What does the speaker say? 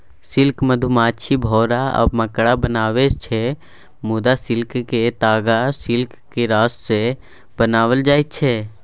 silk मधुमाछी, भौरा आ मकड़ा बनाबै छै मुदा सिल्कक ताग सिल्क कीरासँ बनाएल जाइ छै